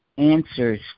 Answers